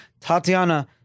Tatiana